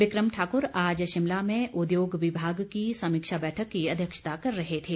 बिक्रम ठाकुर आज शिमला में उद्योग विभाग की समीक्षा बैठक की अध्यक्षता कर रहे थे